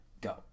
go